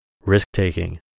Risk-taking